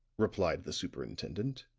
replied the superintendent.